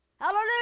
Hallelujah